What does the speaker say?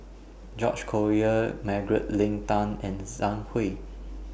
George Collyer Margaret Leng Tan and Zhang Hui